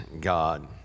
God